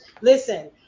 listen